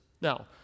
Now